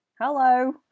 hello